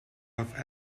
off